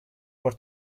for